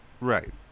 Right